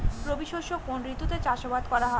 রবি শস্য কোন ঋতুতে চাষাবাদ করা হয়?